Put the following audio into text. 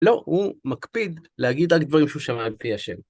לא, הוא מקפיד להגיד רק דברים שהוא שמע מפי השם.